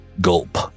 gulp